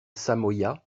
samoyas